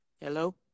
Hello